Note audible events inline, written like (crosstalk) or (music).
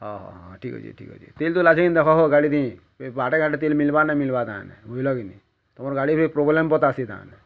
ହ ହ ହ ଠିକ୍ ଅଛି ଠିକ୍ ଅଛି ତିଲ୍ (unintelligible) ଦେଖ ହୋ ଗାଡ଼ିଥି ବାଟେ ଘାଟେ ତିଲ୍ ମିଲ୍ବା ନା ମିଲ୍ବା କାଁ ବୁଝିଲ କି ତମର୍ ଗାଡ଼ି ବି ପ୍ରୋବ୍ଲେମ୍ ବତାସି (unintelligible)